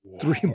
three